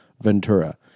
Ventura